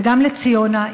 וגם לציונה,